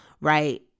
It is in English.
right